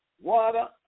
water